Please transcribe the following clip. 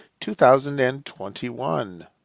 2021